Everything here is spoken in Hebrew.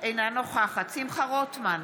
אינה נוכחת שמחה רוטמן,